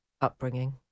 upbringing